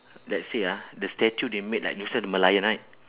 let's say ah the statue they make like different the merlion right